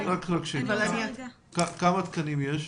רוית, כמה תקנים יש?